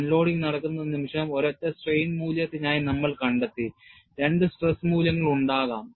unloading നടക്കുന്ന നിമിഷം ഒരൊറ്റ strain മൂല്യത്തിനായി നമ്മൾ കണ്ടെത്തി രണ്ട് സ്ട്രെസ് മൂല്യങ്ങൾ ഉണ്ടാകാം